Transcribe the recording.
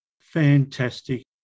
Fantastic